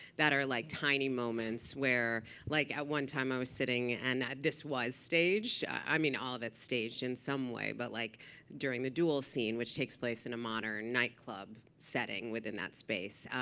that are like tiny moments where like at one time, i was sitting and this was staged. i mean, all of it's staged in some way. but like during the duel scene, which takes place in a modern nightclub setting within that space,